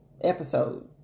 episode